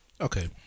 Okay